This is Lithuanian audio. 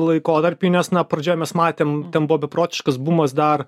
laikotarpį nes na pradžioj mes matėm ten buvo beprotiškas bumas dar